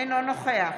אינו נוכח